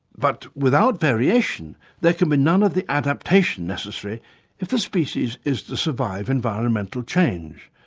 but without variation there can be none of the adaptation necessary if the species is to survive environmental change.